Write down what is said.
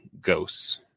ghosts